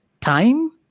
time